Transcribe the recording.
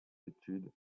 études